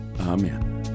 Amen